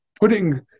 putting